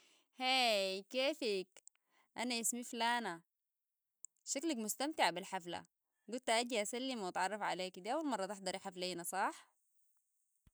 هاي كيفك؟ أنا اسمي فلانا شكلك مستمتع بالحفلة قلت أجي أسلم وتعرف عليك دي أول مرة تحضري حفله صاح؟